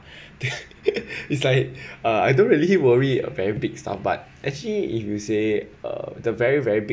it's like uh I don't really worry a very big stuff but actually if you say uh the very very big